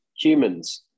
humans